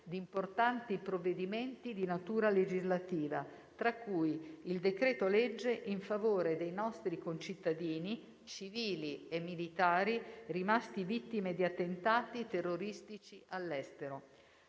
di importanti provvedimenti di natura legislativa, tra cui il decreto-legge in favore dei nostri concittadini civili e militari rimasti vittime di attentati terroristici all'estero.